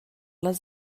les